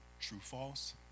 true-false